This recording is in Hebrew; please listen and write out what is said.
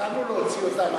הצענו להוציא אותם,